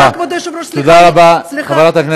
תודה רבה, חברת הכנסת.